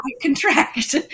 contract